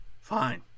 fine